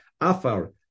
Afar